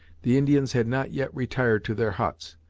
the indians had not yet retired to their huts,